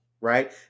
right